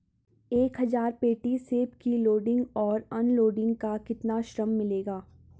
एक हज़ार पेटी सेब की लोडिंग और अनलोडिंग का कितना श्रम मिलेगा?